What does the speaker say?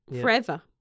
forever